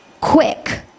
quick